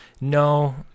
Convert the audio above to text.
no